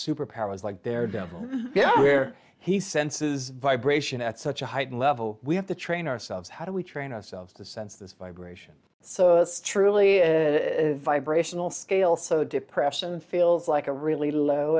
super powers like they're down where he senses vibration at such a heightened level we have to train ourselves how do we train ourselves to sense this vibration so this truly is vibrational scale so depression feels like a really low